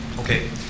Okay